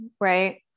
right